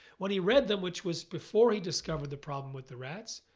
when he read them which was before he discovered the problem with the rats,